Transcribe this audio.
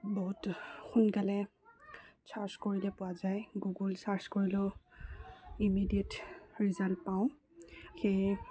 বহুত সোনকালে চাৰ্চ কৰিলে পোৱা যায় গুগল ছাৰ্চ কৰিলেও ইমিডিয়েট ৰিজাল্ট পাওঁ সেয়ে